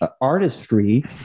artistry